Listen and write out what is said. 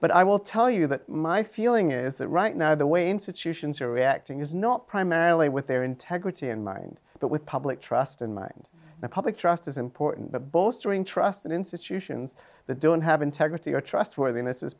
but i will tell you that my feeling is that right now the way institutions are reacting is not primarily with their integrity in mind but with public trust in mind and public trust is important bowstring trust in institutions that don't have integrity or trustworthiness is